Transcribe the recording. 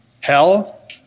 Hell